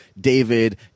David